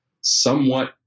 somewhat